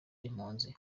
impunzi